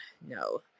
No